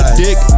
dick